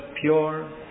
pure